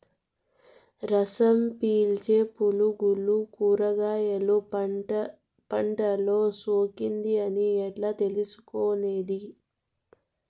రసం పీల్చే పులుగులు కూరగాయలు పంటలో సోకింది అని ఎట్లా తెలుసుకునేది?